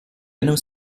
nous